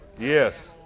Yes